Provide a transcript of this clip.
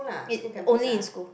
it only in school